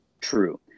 true